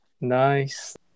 Nice